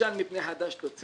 וישן מפני חדש תוציא.